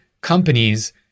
companies